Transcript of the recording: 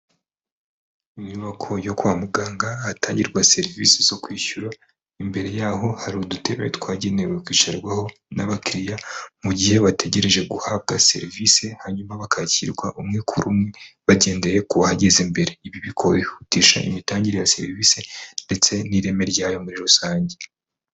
Inyubako yo kwa muganga ahatangirwa serivisi zo kwishyura, imbere yaho hari udutebe twagenewe kwicarwaho n'abakiriya mu gihe bategereje guhabwa serivisi, hanyuma bakakirwa umwe kuri umwe bagendeye ku wahageze mbere. Ibi bikihutisha imitangire ya serivisi ndetse n'ireme ryayo muri rusange.